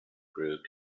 grew